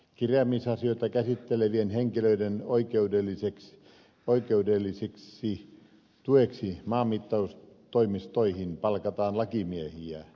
kirjaamisasioita käsittelevien henkilöiden oikeudelliseksi tueksi maanmittaustoimistoihin palkataan lakimiehiä